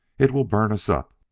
it will burn us up!